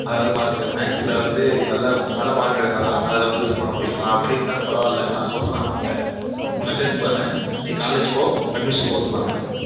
அது வந்து பார்த்துக்க மேக்ஸில் வந்து நல்லா நல்ல மார்க் எடுத்தால் தான் அதில் வந்து இது பண்ண முடியும் நான் அப்படி இருந்தாலும் பரவாயில்லை நான் சொல்கிறேன் அவங்கள்ட்ட உன்னை சேர்த்துக்குவாங்க நீ காலேஜ் போ அட்மிஷன் போட்டுப்பாங்க